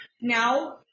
Now